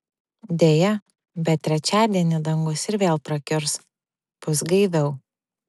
deja bet trečiadienį dangus ir vėl prakiurs bus gaiviau